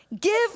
give